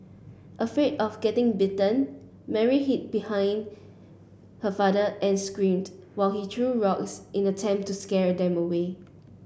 afraid of getting bitten Mary hid behind her father and screamed while he threw rocks in an attempt to scare them away